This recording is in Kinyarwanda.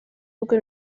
rwe